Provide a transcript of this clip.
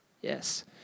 Yes